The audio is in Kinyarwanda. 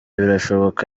birashoboka